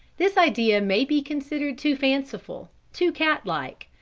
this idea may be considered too fanciful, too cat-like,